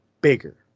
Bigger